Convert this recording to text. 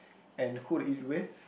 and who to eat it with